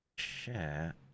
Share